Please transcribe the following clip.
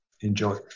Enjoy